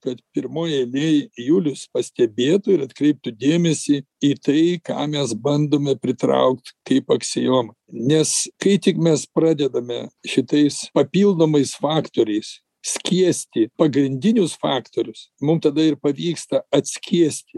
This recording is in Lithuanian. kad pirmoj eilėj julius pastebėtų ir atkreiptų dėmesį į tai ką mes bandome pritraukt kaip aksiomą nes kai tik mes pradedame šitais papildomais faktoriais skiesti pagrindinius faktorius mum tada ir pavyksta atskiesti